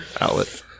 outlet